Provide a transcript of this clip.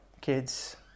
kids